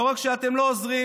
לא רק שאתם לא עוזרים,